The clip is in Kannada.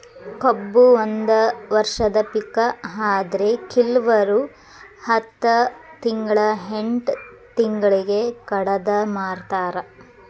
ಕಬ್ಬು ಒಂದ ವರ್ಷದ ಪಿಕ ಆದ್ರೆ ಕಿಲ್ವರು ಹತ್ತ ತಿಂಗ್ಳಾ ಎಂಟ್ ತಿಂಗ್ಳಿಗೆ ಕಡದ ಮಾರ್ತಾರ್